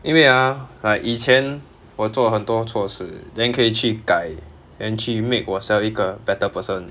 因为 ah like 以前我做很多错事 then 可以去改 then 去 make 我 self 一个 better person